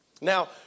Now